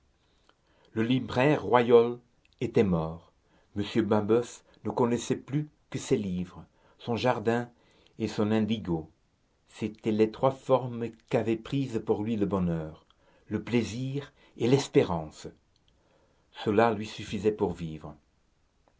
le libraire royol était mort m mabeuf ne connaissait plus que ses livres son jardin et son indigo c'étaient les trois formes qu'avaient prises pour lui le bonheur le plaisir et l'espérance cela lui suffisait pour vivre